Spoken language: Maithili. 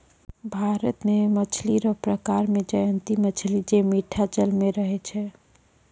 भारत मे मछली रो प्रकार मे जयंती मछली जे मीठा जल मे रहै छै